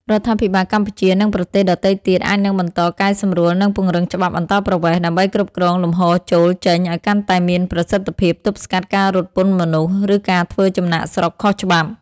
រដ្ឋាភិបាលកម្ពុជា និងប្រទេសដទៃទៀតអាចនឹងបន្តកែសម្រួល និងពង្រឹងច្បាប់អន្តោប្រវេសន៍ ដើម្បីគ្រប់គ្រងលំហូរចូល-ចេញឱ្យកាន់តែមានប្រសិទ្ធភាព ទប់ស្កាត់ការរត់ពន្ធមនុស្ស ឬការធ្វើចំណាកស្រុកខុសច្បាប់។